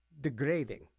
degrading